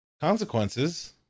consequences